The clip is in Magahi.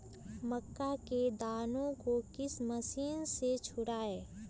मक्का के दानो को किस मशीन से छुड़ाए?